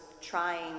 trying